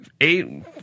eight